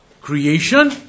creation